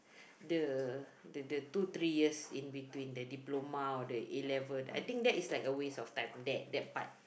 the the the two three years in between the diploma or the A level I think that is like a waste of time that that part